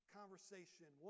conversation